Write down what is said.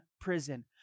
prison